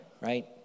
right